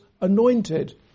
anointed